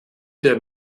der